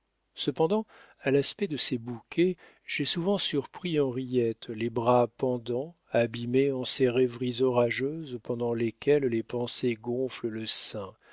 cependant à l'aspect de ces bouquets j'ai souvent surpris henriette les bras pendants abîmée en ces rêveries orageuses pendant lesquelles les pensées gonflent le sein